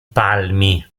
palmi